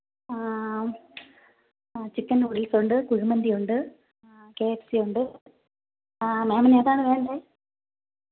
ആ ചിക്കൻ നൂഡിൽസുണ്ട് കുഴിമന്തിയുണ്ട് കേ എഫ് സിയുണ്ട് മാമിനേതാണ് വേണ്ടത്